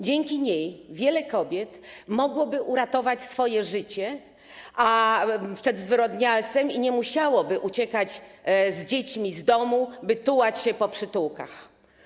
Dzięki niej wiele kobiet mogłoby uratować swoje życie przed zwyrodnialcami i nie musiałoby uciekać z dziećmi z domu, by tułać się po przytułkach.